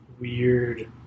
weird